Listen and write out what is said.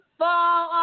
fall